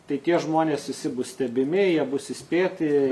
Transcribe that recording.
tai tie žmonės visi bus stebimi jie bus įspėti